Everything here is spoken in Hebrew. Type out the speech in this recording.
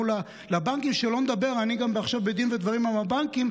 לבנקים אני עכשיו גם בדין ודברים עם הבנקים,